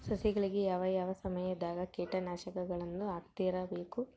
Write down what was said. ಸಸಿಗಳಿಗೆ ಯಾವ ಯಾವ ಸಮಯದಾಗ ಕೇಟನಾಶಕಗಳನ್ನು ಹಾಕ್ತಿರಬೇಕು?